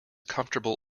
comfortable